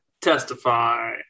testify